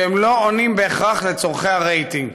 שהם לא עונים בהכרח על צורכי הרייטינג,